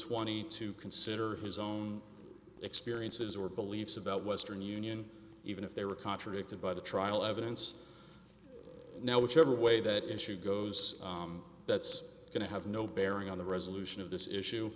twenty to consider his own experiences or beliefs about western union even if they were contradicted by the trial evidence now whichever way that issue goes that's going to have no bearing on the resolution of this issue